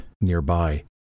nearby